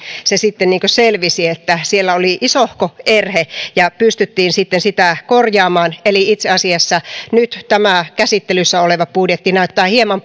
se sitten selvisi että siellä oli isohko erhe ja pystyttiin sitä tähän täydentävään talousarvioesitykseen korjaamaan eli itse asiassa tämä nyt käsittelyssä oleva budjetti näyttää hieman